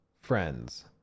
friends